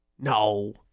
No